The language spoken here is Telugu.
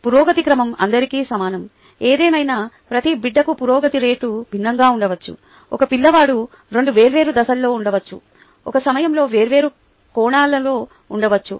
పురోగతి క్రమం అందరికీ సమానం ఏదేమైనా ప్రతి బిడ్డకు పురోగతి రేటు భిన్నంగా ఉండవచ్చు ఒక పిల్లవాడు 2 వేర్వేరు దశలలో ఉండవచ్చు ఒకే సమయంలో వేర్వేరు కోణాల్లో ఉండవచ్చు